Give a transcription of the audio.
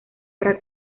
para